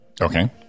Okay